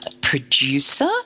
producer